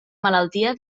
malaltia